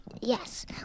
Yes